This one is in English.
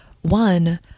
One